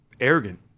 Arrogant